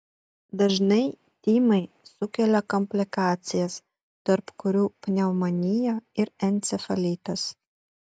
dažnai tymai sukelia komplikacijas tarp kurių pneumonija ir encefalitas